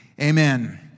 Amen